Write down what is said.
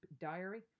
diary